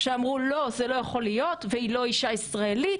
שאמרו לא זה לא יכול להיות והיא לא אישה ישראלית,